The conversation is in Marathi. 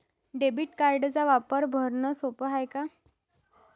डेबिट कार्डचा वापर भरनं सोप हाय का?